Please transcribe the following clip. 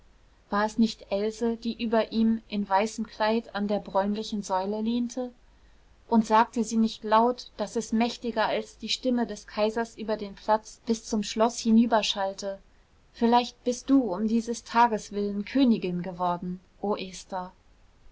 war es nicht else die über ihm im weißen kleid an der bräunlichen säule lehnte und sagte sie nicht laut daß es mächtiger als die stimme des kaisers über den platz bis zum schloß hinüberschallte vielleicht bist du um dieses tages willen königin geworden o esther